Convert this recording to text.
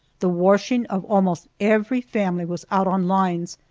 the washing of almost every family was out on lines,